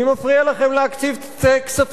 מי מפריע לכם להקציב כספים?